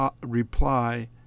Reply